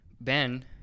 Ben